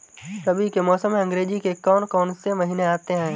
रबी के मौसम में अंग्रेज़ी के कौन कौनसे महीने आते हैं?